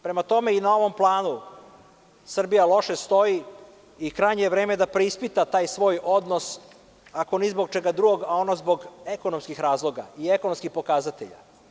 Prema tome, i na ovom planu Srbija loše stoji i krajnje je vreme da preispita taj svoj odnos, ako ni zbog čega drugog, a ono zbog ekonomskih razloga i ekonomskih pokazatelja.